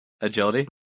agility